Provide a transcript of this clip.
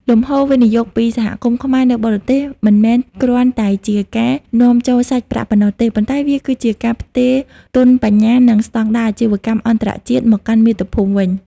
លំហូរវិនិយោគពី សហគមន៍ខ្មែរនៅបរទេស មិនមែនគ្រាន់តែជាការនាំចូលសាច់ប្រាក់ប៉ុណ្ណោះទេ ប៉ុន្តែវាគឺជាការផ្ទេរ ទុនបញ្ញា និងស្ដង់ដារអាជីវកម្មអន្តរជាតិមកកាន់មាតុភូមិវិញ។